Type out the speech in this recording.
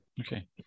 Okay